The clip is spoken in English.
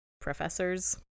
professors